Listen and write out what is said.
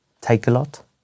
take-a-lot